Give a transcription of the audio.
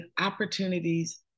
opportunities